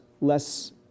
less